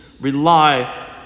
rely